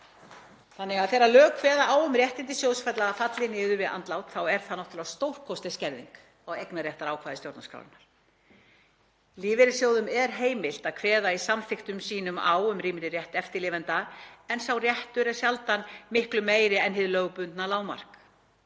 þannig að þegar lög kveða á um að réttindi sjóðfélaga falli niður við andlát þá er það náttúrlega stórkostleg skerðing á eignarréttarákvæði stjórnarskrárinnar. Lífeyrissjóðum er heimilt að kveða í samþykktum sínum á um rýmri rétt eftirlifenda en sá réttur er sjaldan miklu meiri en hið lögbundna lágmark.